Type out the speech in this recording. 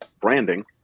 branding